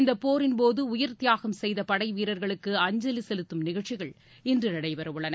இந்தப் போரின்போது உயிர் தியாகம் செய்தபடைவீரர்களுக்கு அஞ்சலிசெலுத்தும் நிகழ்ச்சிகள் இன்றுநடைபெறஉள்ளன